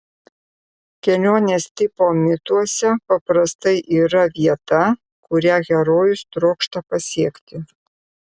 kelionės tipo mituose paprastai yra vieta kurią herojus trokšta pasiekti